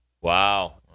Wow